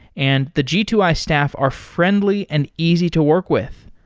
and the g two i staff are friendly and easy to work with.